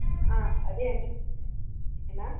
అదే అండి ఓనరేనా